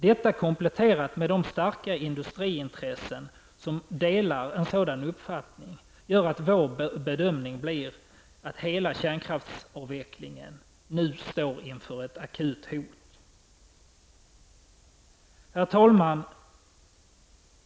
Detta kompletterat med de starka industriintressen som har samma uppfattning gör att vår bedömning blir att hela kärnkraftsavvecklingen nu står inför ett akut hot. Herr talman!